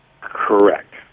Correct